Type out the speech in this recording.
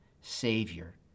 Savior